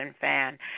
fan